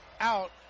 out